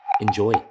Enjoy